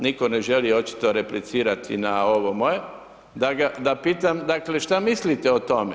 Nitko ne želi očito replicirati na ovo moje, da pitam, dakle, što mislite o tome?